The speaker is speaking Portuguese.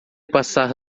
passar